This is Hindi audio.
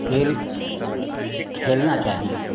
खेल खेलना चाहिए